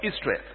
Israel